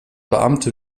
beamte